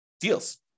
deals